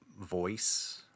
voice